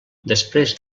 després